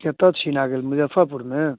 कत्तऽ छी नागे मुजफ्फरपुरमे